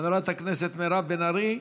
חברת הכנסת מירב בן ארי.